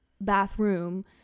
bathroom